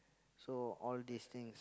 so all these things